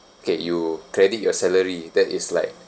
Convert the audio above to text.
okay you credit your salary that is like